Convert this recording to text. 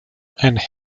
and